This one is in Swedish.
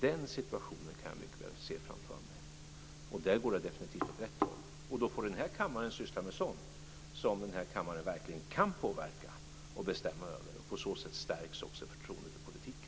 Den situationen kan jag mycket väl se framför mig. Där går det definitivt åt rätt håll, och då får den här kammaren syssla med sådant som den här kammaren verkligen kan påverka och bestämma över. På så vis stärks också förtroendet för politiken.